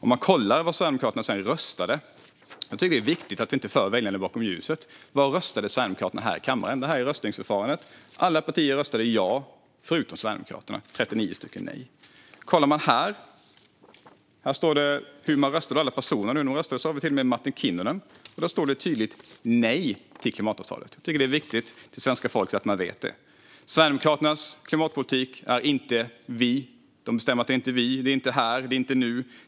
Vi kollar hur Sverigedemokraterna sedan röstade. Jag tycker att det är viktigt att inte föra väljarna bakom ljuset. Hur röstade Sverigedemokraterna här i kammaren? Jag har med mig röstningsresultatet. Alla partier röstade ja utom Sverigedemokraterna - 39 stycken nej. Här står det hur alla personer röstade. Här har vi till och med Martin Kinnunen. Det står tydligt att han röstade nej till klimatavtalet. Jag tycker att det är viktigt att svenska folket vet det. Sverigedemokraternas klimatpolitik är inte vi, inte här, inte nu.